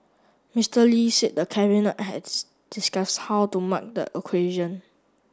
Mister Lee said the Cabinet has discuss how to mark the occasion